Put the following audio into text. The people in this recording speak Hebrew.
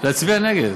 להצביע נגד.